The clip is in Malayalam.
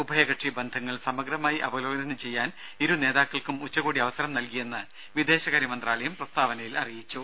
ഉഭയകക്ഷി ബന്ധങ്ങൾ സമഗ്രമായി അവലോകനം ചെയ്യാൻ ഇരു നേതാക്കൾക്കും ഉച്ചകോടി അവസരം നൽകിയെന്ന് വിദേശകാര്യ മന്ത്രാലയം പ്രസ്താവനയിൽ അറിയിച്ചു